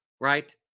right